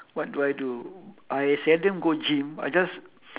what do I do I seldom go gym I just